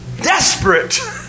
desperate